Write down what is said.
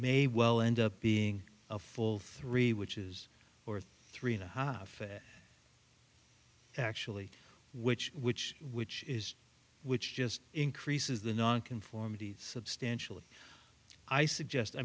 may well end up being a full three which is or three in the hof it actually which which which is which just increases the nonconformity substantially i suggest i